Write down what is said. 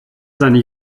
seine